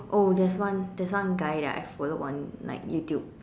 oh there's one there's one guy that I followed on like youtube